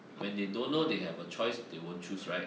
when they don't know they have a choice they won't choose right